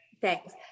thanks